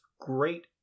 great